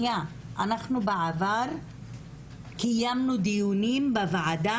אנחנו בעבר קיימנו דיונים בוועדה